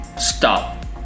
stop